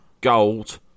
gold